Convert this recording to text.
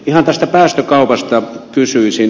ihan tästä päästökaupasta kysyisin